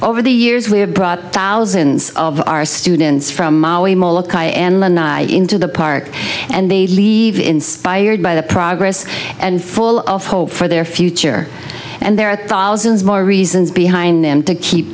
over the years we have brought thousands of our students from into the park and they leave inspired by the progress and full of hope for their future and there are thousands more reasons behind them to keep